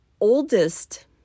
oldest